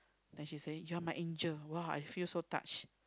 and she said you are me Angel !wah! I feel so touched